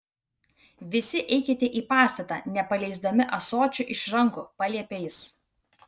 visi eikite į pastatą nepaleisdami ąsočių iš rankų paliepė jis